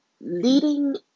leading